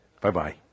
Bye-bye